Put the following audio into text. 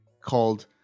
called